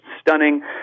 stunning